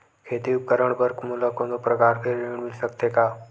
खेती उपकरण बर मोला कोनो प्रकार के ऋण मिल सकथे का?